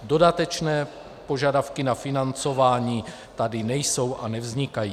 Dodatečné požadavky na financování tady nejsou a nevznikají.